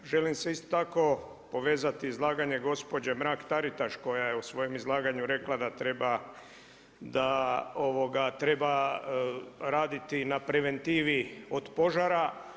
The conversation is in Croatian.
Želim se isto tako povezati izlaganje gospođe Mrak-TAritaš koja je u svom izlaganju rekla da treba raditi na preventivi od požara.